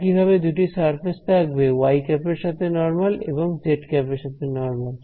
একইভাবে দুটি সারফেস থাকবে yˆ এর সাথে নরমাল এবং zˆ এর সাথে নরমাল